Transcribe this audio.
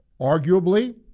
Arguably